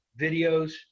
Videos